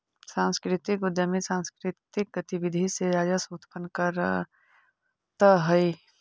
सांस्कृतिक उद्यमी सांकृतिक गतिविधि से राजस्व उत्पन्न करतअ हई